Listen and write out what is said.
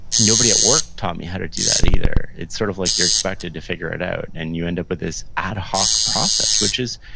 nobody at work taught me how to do that, either. it's sort of like you're expected to figure it out and you end up with this ad hoc process, which